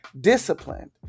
disciplined